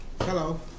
Hello